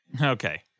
Okay